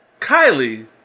Kylie